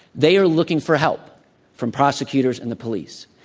they are looking for help from prosecutors and the police.